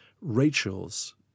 Rachel's